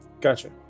Gotcha